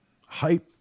hype